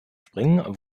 springen